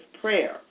prayer